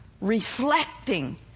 reflecting